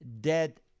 dead